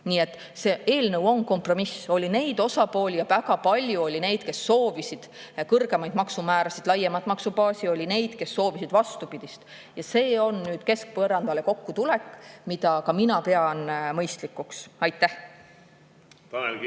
Nii et see eelnõu on kompromiss. Oli neid osapooli, ja neid oli väga palju, kes soovisid kõrgemat maksumäära ja laiemat maksubaasi, ning oli neid, kes soovisid vastupidist. See on nüüd keskpõrandale kokku tulek, mida mina pean mõistlikuks. Tanel